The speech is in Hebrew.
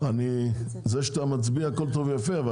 זה שאתה מצביע הכל טוב ויפה,